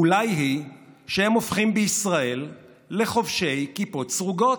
אולי, היא שהם הופכים בישראל לחובשי כיפות סרוגות,